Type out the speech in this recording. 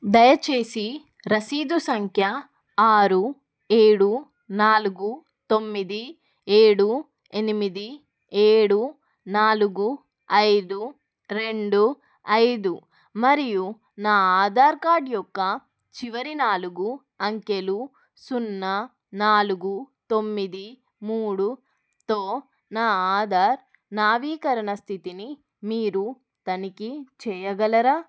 దయచేసి రసీదు సంఖ్య ఆరు ఏడు నాలుగు తొమ్మిది ఏడు ఎనిమిది ఏడు నాలుగు ఐదు రెండు ఐదు మరియు నా ఆధార్ కార్డ్ యొక్క చివరి నాలుగు అంకెలు సున్నా నాలుగు తొమ్మిది మూడుతో నా ఆధార్ నావీకరణ స్థితిని మీరు తనిఖీ చెయ్యగలరా